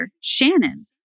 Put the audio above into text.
Shannon